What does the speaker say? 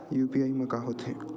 UPI मा का होथे?